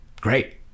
great